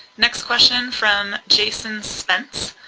next question from jason spence,